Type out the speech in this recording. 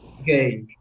Okay